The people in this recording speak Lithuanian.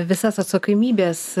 visas atsakomybes